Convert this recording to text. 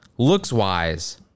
Looks-wise